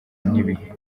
n’ibihe